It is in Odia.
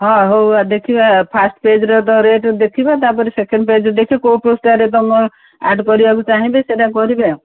ହଁ ହଉ ଆ ଦେଖିବା ଫାଷ୍ଟ ପେଜ୍ରେ ତ ରେଟ୍ ଦେଖିବା ତାପରେ ସେକେଣ୍ଡ ପେଜ୍ ଦେଖିବେ କୋଉ ପେଜ୍ରେ ତୁମେ ଆଡ୍ କରିବାକୁ ଚାହିଁବେ ସେଇଟା କରିବେ ଆଉ